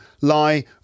lie